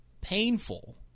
painful